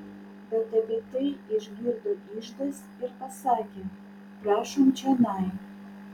bet apie tai išgirdo iždas ir pasakė prašom čionai